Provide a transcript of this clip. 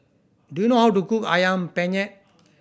do you know how to cook Ayam Penyet